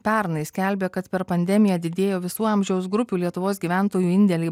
pernai skelbė kad per pandemiją didėjo visų amžiaus grupių lietuvos gyventojų indėliai